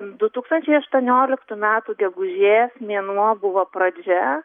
du tūkstančiai aštuonioliktų metų gegužės mėnuo buvo pradžia